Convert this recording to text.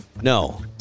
No